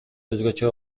өзгөчө